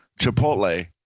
Chipotle